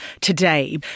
today